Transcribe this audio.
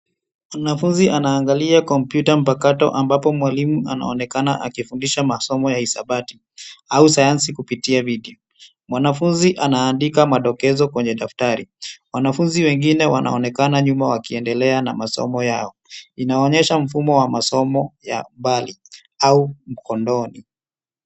Mwanafunzi anaangalia kompyuta mpakato ambapo mwalimu anaonekana akifundisha masomo ya hisabati au sayansi kupitia video. Mwanafunzi anaandika madokezo kwenye daftari. Wanafunzi wengine wanaonekana nyuma wakiendelea na masomo yao. Inaonyesha mfumo wa masomo ya mbali au mkondoni.